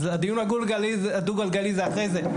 אז לדיון הדו גלגלי זה אחרי זה.